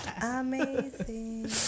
Amazing